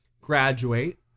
graduate